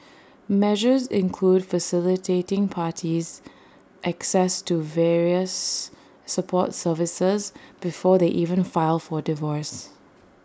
measures include facilitating parties access to various support services before they even file for divorce